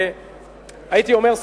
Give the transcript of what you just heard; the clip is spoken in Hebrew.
הייתי אומר,